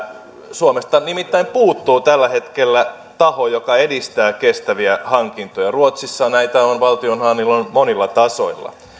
suomesta nimittäin puuttuu tällä hetkellä taho joka edistää kestäviä hankintoja ruotsissa näitä on valtionhallinnon monilla tasoilla